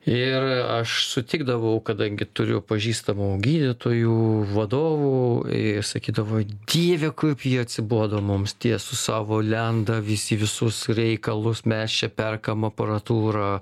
ir aš sutikdavau kadangi turiu pažįstamų gydytojų vadovų ir sakydavo dieve kaip jie atsibodo mums tie su savo lenda visi visus reikalus mes čia perkam aparatūrą